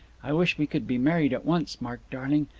i wish we could be married at once, mark darling.